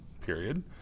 period